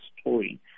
story